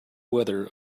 weather